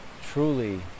truly